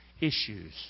Issues